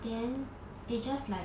then they just like